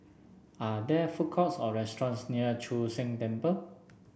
are there food courts or restaurants near Chu Sheng Temple